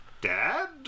dad